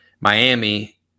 Miami